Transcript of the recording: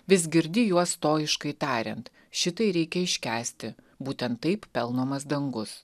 vis girdi juos stoiškai tariant šitai reikia iškęsti būtent taip pelnomas dangus